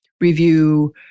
review